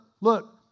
Look